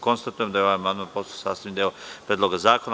Konstatujem da je ovaj amandman postao sastavni deo Predloga zakona.